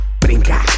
brinca